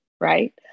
right